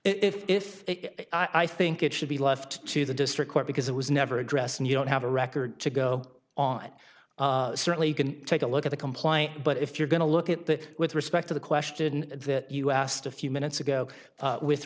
so if i think it should be left to the district court because it was never addressed and you don't have a record to go on certainly you can take a look at the comply but if you're going to look at that with respect to the question that you asked a few minutes ago with